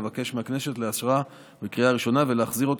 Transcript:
אבקש מהכנסת לאשרה בקריאה הראשונה ולהחזירה